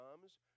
comes